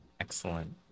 Excellent